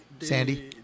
Sandy